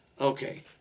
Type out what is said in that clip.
okay